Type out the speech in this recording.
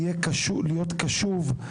להיות קשוב,